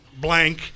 blank